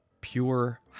Pure